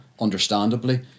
understandably